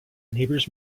neighbors